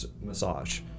massage